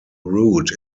route